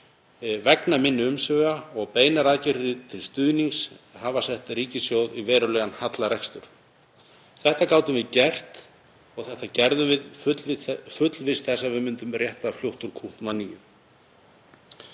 vegna minni umsvifa og beinar aðgerðir til stuðnings hafa sett ríkissjóð í verulegan hallarekstur. Þetta gátum við gert og þetta gerðum við fullviss þess að við myndum rétta fljótt úr kútnum að nýju.